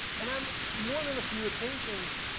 and on more than a few occasions,